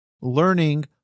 learning